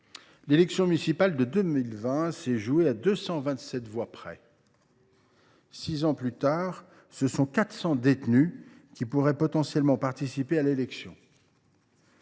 l’élection municipale de 2020 s’est ainsi jouée à 227 voix près. Six ans plus tard, 400 détenus pourraient potentiellement participer à l’élection.